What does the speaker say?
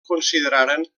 consideraren